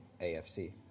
AFC